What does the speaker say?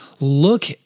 look